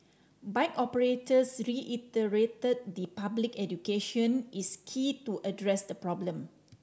bike operators reiterated the public education is key to address the problem